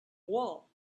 wool